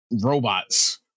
robots